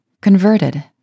Converted